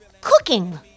cooking